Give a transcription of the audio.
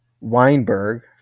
Weinberg